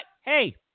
hey